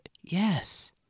yes